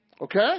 Okay